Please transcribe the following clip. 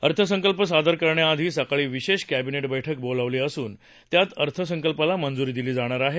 अर्थसंकल्प सादर करण्याआधी सकाळी विशेष कॅबिनेध्वैठक बोलवली असून त्यात अर्थसंकल्पाला मंजुरी दिली जाणार आहे